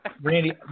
Randy